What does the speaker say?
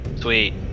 Sweet